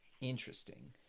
Interesting